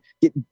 get